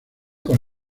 con